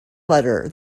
letter